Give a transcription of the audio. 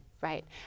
Right